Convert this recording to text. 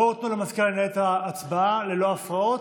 בואו, תנו למזכירה לנהל את ההצבעה ללא הפרעות,